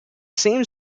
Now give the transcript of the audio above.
same